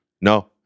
No